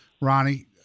Ronnie